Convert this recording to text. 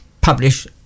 publish